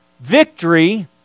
Victory